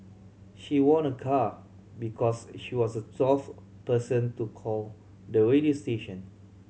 she won a car because she was the twelfth person to call the radio station